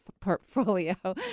portfolio